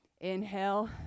inhale